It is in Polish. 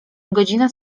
godzina